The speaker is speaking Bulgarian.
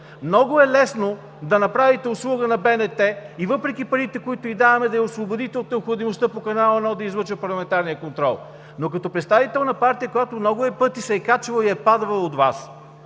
Много е лесно да направите услуга на БНТ и въпреки парите, които ѝ даваме, да я освободите от необходимостта по Канал 1 да излъчва парламентарния контрол. Но като представител на партия, която много пъти се е качвала и падала от власт,